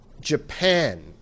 Japan